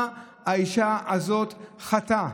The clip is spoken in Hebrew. מה האישה הזאת חטאה?